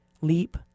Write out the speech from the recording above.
leap